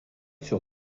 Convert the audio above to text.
sur